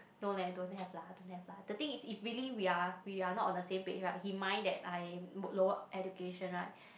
no leh don't have lah don't have lah the thing is if really we are we are not on the same page right he mind that I lower education right